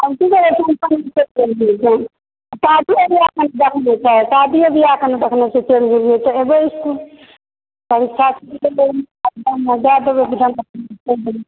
आर की कहबै फ़ंक्शनमे चलि गेल रहियै तैँ शादिए ब्याहमे ने जाइ होइत छै शादी ब्याहमे ने ककरोमे चलि गेलियै तऽ एबै इस्कुल परीक्षा देबै जाय देबै तऽ देबै